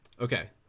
Okay